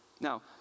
Now